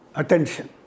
attention